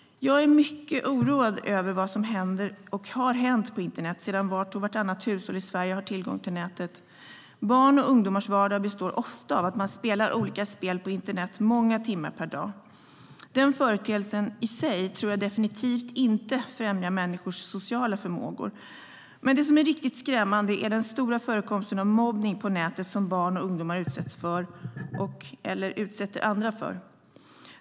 Jag är mycket oroad över vad som har hänt och händer på internet sedan vart och vartannat hushåll i Sverige har fått tillgång till nätet. Barns och ungdomars vardag består ofta av att man spelar olika spel på internet många timmar per dag. Den företeelsen i sig tror jag definitivt inte främjar människors sociala förmågor. Men det som är riktigt skrämmande är den stora förekomsten av mobbning på nätet som barn och ungdomar utsätts för eller utsätter andra för.